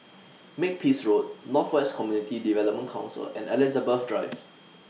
Makepeace Road North West Community Development Council and Elizabeth Drive